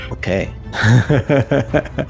okay